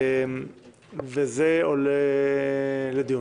זה עולה לדיון.